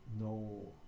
no